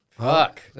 Fuck